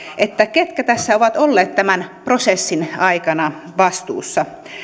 ketkä ovat olleet tämän prosessin aikana vastuussa